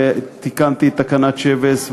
ותיקנתי את תקנת שבס,